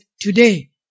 today